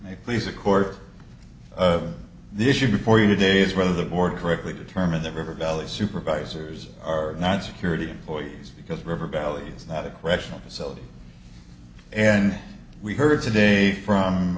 afternoon please a court the issue before you today is one of the board correctly determined that river valley supervisors are not security employees because river valley is not a correctional facility and we heard today from